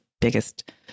biggest